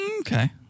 Okay